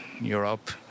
Europe